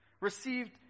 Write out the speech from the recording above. received